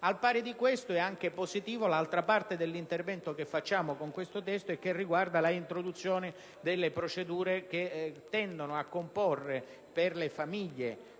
Parimenti è anche positiva l'altra parte dell'intervento che operiamo con il testo in esame, che riguarda l'introduzione di procedure che tendono a comporre, per le famiglie